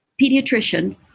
pediatrician